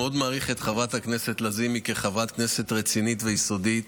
מעריך מאוד את חברת הכנסת לזימי כחברת כנסת רצינית ויסודית.